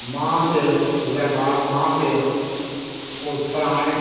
मांह् तिल ओह्दे बाद मांह् तिल कुल्थ राह्ने